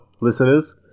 listeners